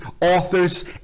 authors